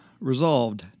Resolved